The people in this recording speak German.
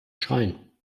schreien